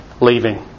leaving